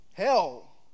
hell